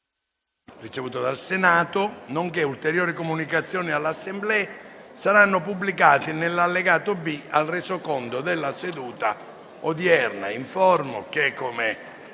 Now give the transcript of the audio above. ricevuto dal Senato, nonché ulteriori comunicazioni all'Assemblea saranno pubblicati nell'allegato B al Resoconto della seduta odierna. **Sull'ordine dei